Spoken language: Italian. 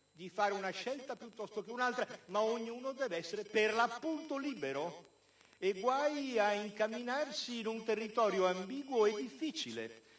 di fare una scelta piuttosto che un'altra, ma ognuno deve essere, per l'appunto, libero, e guai ad incamminarci in un territorio ambiguo e difficile.